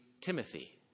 Timothy